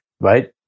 right